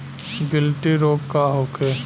गिलटी रोग का होखे?